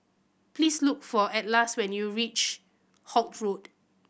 please look for Atlas when you reach Holt Road